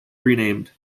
renamed